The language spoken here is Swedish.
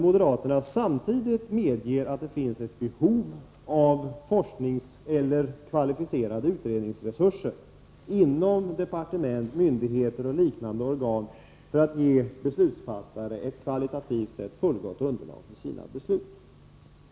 Moderaterna medger ju samtidigt, säger han, att det finns ett behov av forskningseller kvalificerade utredningsresurser inom departement, myndigheter och liknande organ för att ge beslutsfattare ett kvalitativt 49 sett fullgott underlag för sina beslut.